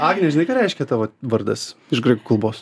agne žinai ką reiškia tavo vardas iš graikų kalbos